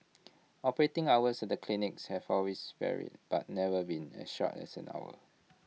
operating hours at the clinics have always varied but never been as short as an hour